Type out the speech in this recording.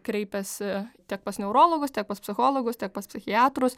kreipiasi tiek pas neurologus tiek pas psichologus tiek pas psichiatrus